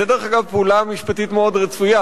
זו, דרך אגב, פעולה משפטית מאוד רצויה,